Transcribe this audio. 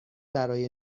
برای